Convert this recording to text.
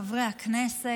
חברי הכנסת,